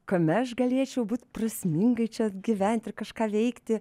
kame aš galėčiau būt prasmingai čia gyventi ir kažką veikti